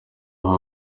aho